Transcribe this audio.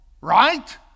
right